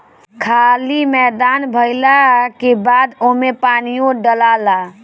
खाली मैदान भइला के बाद ओमे पानीओ डलाला